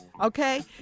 Okay